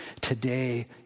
today